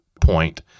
point